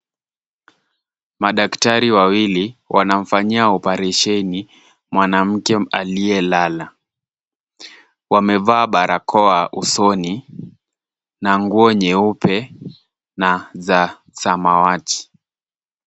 Madaktari wawili wanamfanyia oparesheni mwanamke aliyelala. Wamevaa barakoa usoni na nguo nyeupe na za samawati.